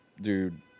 dude